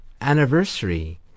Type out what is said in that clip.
anniversary